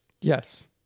Yes